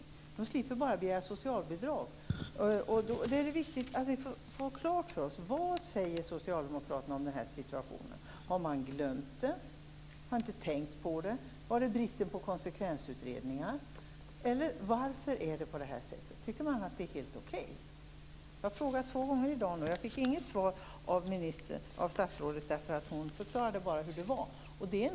Det är bara det att de slipper begära socialbidrag. Det är viktigt att vi får klart för oss vad socialdemokraterna säger om denna situation. Har man glömt det här eller är det kanske så att man inte har tänkt på det? Handlar det om en brist på konsekvensutredningar? Varför är det på det här sättet? Tycker man att det är helt okej? Jag har frågat om detta två gånger tidigare i dag. Av statsrådet Klingvall fick jag inte något svar. Hon förklarade bara hur det är.